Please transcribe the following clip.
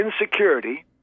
insecurity